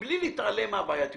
ומבלי להתעלם מהבעייתיות,